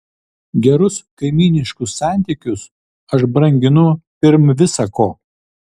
gerus kaimyniškus santykius aš branginu pirm visa ko